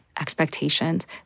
expectations